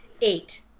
eight